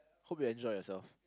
hope you enjoy yourself